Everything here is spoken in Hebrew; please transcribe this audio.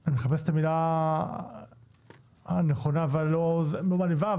אני מחפש את המילה הנכונה ולא מעליבה,